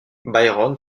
byron